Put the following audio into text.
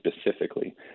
specifically